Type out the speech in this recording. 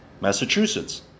Massachusetts